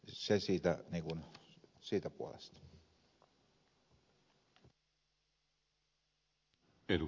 se niin kuin siitä puolesta